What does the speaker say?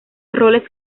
roles